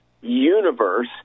universe